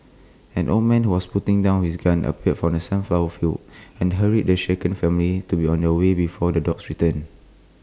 an old man who was putting down his gun appeared from the sunflower fields and hurried the shaken family to be on their way before the dogs return